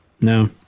no